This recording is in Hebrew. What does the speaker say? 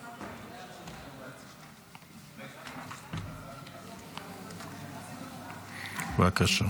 בבקשה.